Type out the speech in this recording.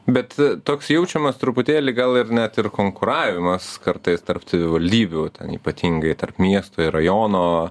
bet toks jaučiamas truputėlį gal ir net ir konkuravimas kartais tarp savivaldybių ten ypatingai tarp miesto ir rajono